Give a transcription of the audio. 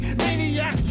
maniac